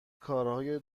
کارهای